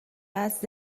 است